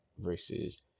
versus